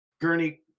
Gurney